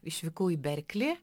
išvykau į berklį